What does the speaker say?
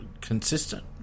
consistent